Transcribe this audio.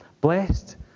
Blessed